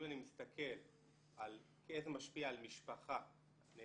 אם אני מסתכל איך זה משפיע על משפחה --- לא,